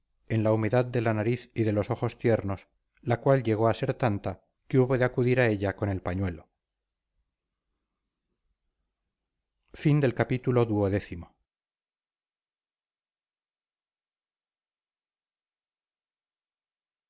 en la humedad de la nariz y de los ojos tiernos la cual llegó a ser tanta que hubo de acudir a ella con el pañuelo